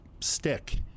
stick